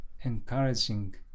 encouraging